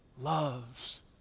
loves